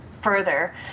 further